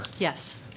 yes